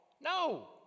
No